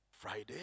Friday